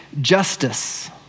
justice